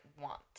want